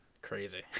Crazy